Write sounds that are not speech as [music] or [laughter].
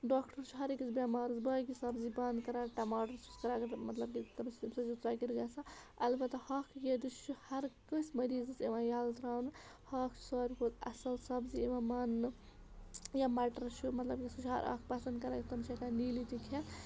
doctor چھُ ہَر أکِس بٮ۪ٮمارَس باقی سبزی بنٛد کَران ٹَماٹر چھُس کَران اگر مطلب کہِ تمہِ [unintelligible] ژۄکر گژھان اَلبتہ ہاکھٕے یٲتِس چھِ ہر کٲنٛسہِ مٔریٖزَس یِوان یَلہٕ ترٛاونہٕ ہاکھ چھِ ساروی کھۄتہٕ اَصٕل سبزی یِوان ماننہٕ یا مَٹَر چھُ مطلب کہِ سُہ چھُ ہر اکھ پَسنٛد کَران تِم چھِ ہٮ۪کان نیٖلی تہِ کھٮ۪تھ